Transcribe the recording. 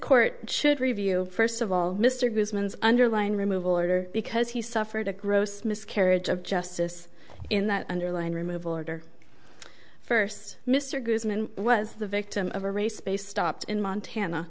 court should review first of all mr guzman's underline removal order because he suffered a gross miscarriage of justice in that underline removal order first mr goodman was the victim of a race based stopped in montana